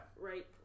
Right